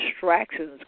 distractions